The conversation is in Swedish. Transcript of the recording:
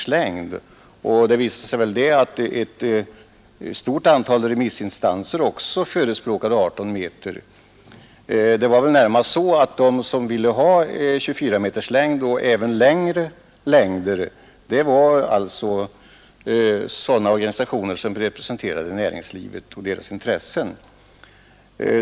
Det 141 visade sig sedan att också ett stort antal remissinstanser talade för en fordonslängd av 18 meter. Det förhöll sig väl närmast så, att de som ville ha 24 meter — och även längre fordon — var sådana organisationer som representerade näringslivet och dess intressen.